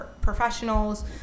professionals